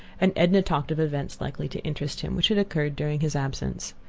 and edna talked of events likely to interest him, which had occurred during his absence.